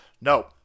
No